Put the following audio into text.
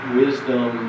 wisdom